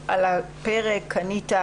על שדה תעופה מלא, שירותי הקרקע יוכלו לתת